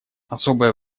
особое